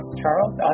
Charles